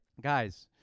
Guys